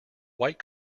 white